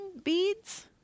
Beads